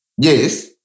Yes